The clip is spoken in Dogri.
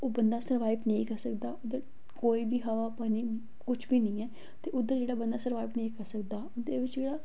बंदा सर्वाईव नेंई करी सकदा ऐ कोई बी हवा पानी कुछ बी नेंई ऐ ते उद्धर जेह्ड़ा बंदा सर्वाईव नेंई करी सकदा